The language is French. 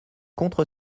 contre